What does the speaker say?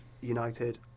United